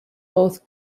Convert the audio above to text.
both